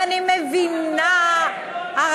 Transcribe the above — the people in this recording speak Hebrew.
ואני מבינה,